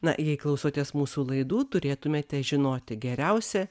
na jei klausotės mūsų laidų turėtumėte žinoti geriausia